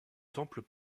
temple